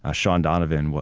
ah shaun donovan,